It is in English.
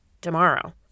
tomorrow